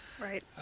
Right